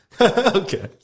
Okay